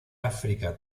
áfrica